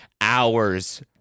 hours